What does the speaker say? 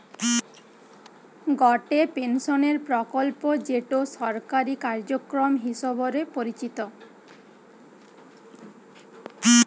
গটে পেনশনের প্রকল্প যেটো সরকারি কার্যক্রম হিসবরে পরিচিত